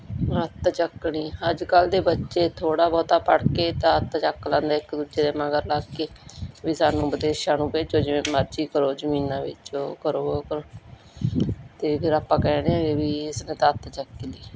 ਅੱਤ ਚੱਕਣੀ ਅੱਜ ਕੱਲ੍ਹ ਦੇ ਬੱਚੇ ਥੋੜ੍ਹਾ ਬਹੁਤਾ ਪੜ੍ਹ ਕੇ ਅਤੇ ਅੱਤ ਚੱਕ ਲੈਂਦੇ ਇੱਕ ਦੂਜੇ ਦੇ ਮਗਰ ਲੱਗ ਕੇ ਵੀ ਸਾਨੂੰ ਵਿਦੇਸ਼ਾਂ ਨੂੰ ਭੇਜੋ ਜਿਵੇਂ ਮਰਜ਼ੀ ਕਰੋ ਜ਼ਮੀਨਾਂ ਵੇਚੋ ਕਰੋ ਉਹ ਕਰੋ ਅਤੇ ਫਿਰ ਆਪਾਂ ਕਹਿੰਦੇ ਹਾਂ ਵੀ ਇਸ ਨੇ ਤਾਂ ਅੱਤ ਚੱਕ ਲਈ